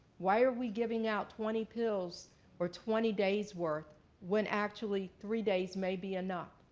why are we giving out twenty pills or twenty days' worth when actually three days may be enough?